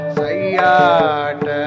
sayat